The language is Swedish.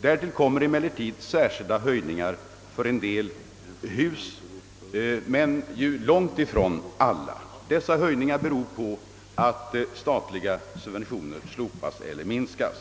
Därtill kommer emellertid särskilda höjningar för en del hus men långt ifrån för alla. Dessa höjningar beror på att statliga subventioner slopas eller minskas.